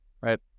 right